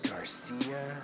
Garcia